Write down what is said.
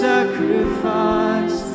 sacrifice